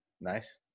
nice